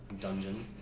dungeon